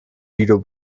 guido